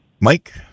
Mike